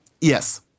Yes